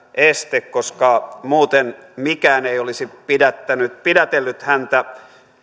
este koska muuten mikään ei olisi pidätellyt häntä